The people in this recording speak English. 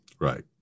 Right